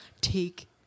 Take